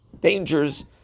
dangers